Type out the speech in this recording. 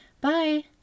Bye